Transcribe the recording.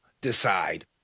decide